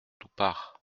toupart